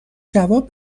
جواب